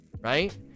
Right